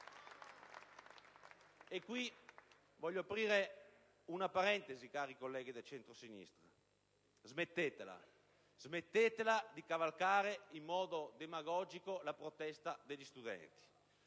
voglio aprire una parentesi, cari colleghi del centrosinistra. Smettetela. Smettetela di cavalcare in modo demagogico la protesta degli studenti.